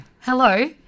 hello